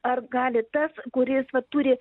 ar gali tas kuris vat turi